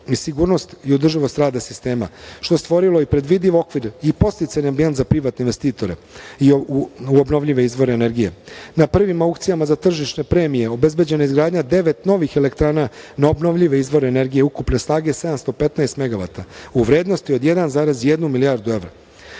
i sigurnost i održivost rada sistema, što je stvorilo i predvidiv okvir i podsticajni ambijent za privatne investitore u obnovljive izvore energije. Na prvim aukcijama za tržišne premije obezbeđena je izgradnja devet novih elektrana na obnovljive izvore energije, ukupne snage 715 megavata, u vrednosti od 1,1 milijardu evra.